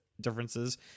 differences